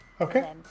okay